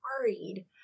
worried